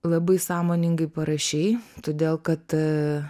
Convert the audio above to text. labai sąmoningai parašei todėl kad